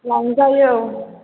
लांजायो औ